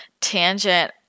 tangent